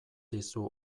dizu